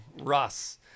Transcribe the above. Russ